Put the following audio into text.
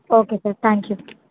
okay sir thank you